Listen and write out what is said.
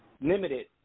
limited